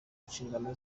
nshingano